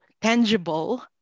tangible